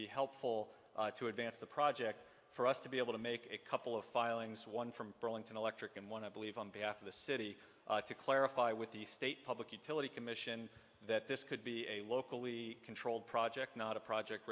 be helpful to advance the project for us to be able to make a couple of filings one from burlington electric and one i believe on behalf of the city to clarify with the state public utility commission that this could be a locally controlled project not a project